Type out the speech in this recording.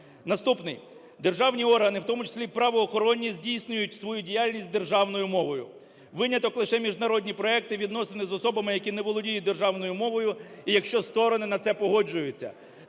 Наступний. Державні органи, в тому числі правоохоронні, здійснюють свою діяльність державною мовою. Виняток – лише міжнародні проекти, відносини з особами, які не володіють державною мовою, і якщо сторони на це погоджуються.